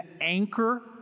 anchor